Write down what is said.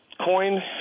coin